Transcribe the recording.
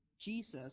Jesus